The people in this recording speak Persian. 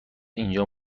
اینجا